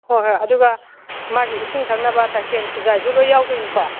ꯍꯣꯏ ꯍꯣꯏ ꯑꯗꯨꯒ ꯃꯥꯒꯤ ꯏꯁꯤꯡ ꯊꯛꯅꯕ ꯆꯥꯏꯁꯦꯟ ꯈꯨꯖꯥꯏꯁꯨ ꯂꯣꯏ ꯌꯥꯎꯗꯣꯏꯅꯤꯀꯣ